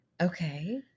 Okay